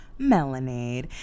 Melonade